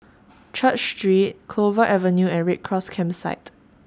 Church Street Clover Avenue and Red Cross Campsite